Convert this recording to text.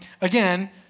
Again